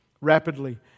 Rapidly